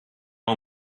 all